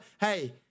Hey